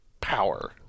power